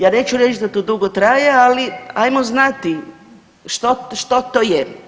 Ja neću reći da to dugo traje, ali hajmo znati što to je.